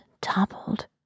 toppled